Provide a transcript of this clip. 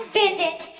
visit